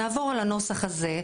נעבור על הנוסח הזה,